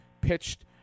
pitched